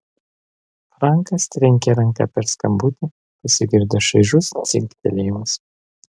frankas trenkė ranka per skambutį pasigirdo šaižus dzingtelėjimas